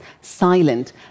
silent